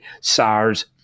SARS